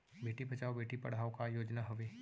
बेटी बचाओ बेटी पढ़ाओ का योजना हवे?